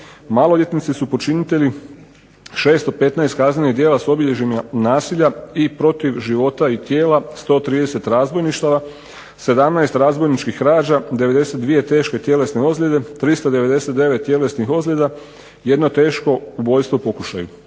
Maloljetnici su počinitelji 615 kaznenih djela s obilježjima nasilja i protiv života i tijela, 130 razbojništava, 17 razbojničkih krađa, 92 teške tjelesne ozljede, 399 tjelesnih ozljeda, 1 teško ubojstvo u pokušaju.